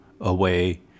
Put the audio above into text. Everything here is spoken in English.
away